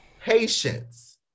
Patience